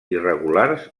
irregulars